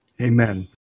Amen